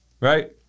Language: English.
right